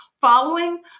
following